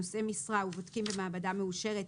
נושאי משרה ובודקים במעבדה מאושרת,